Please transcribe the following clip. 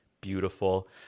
beautiful